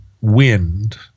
wind